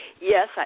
Yes